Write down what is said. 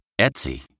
Etsy